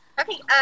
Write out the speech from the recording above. Okay